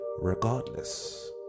regardless